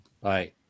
Bye